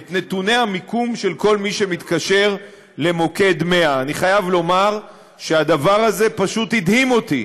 את נתוני המיקום של כל מי שמתקשר למוקד 100. אני חייב לומר שהדבר הזה פשוט הדהים אותי.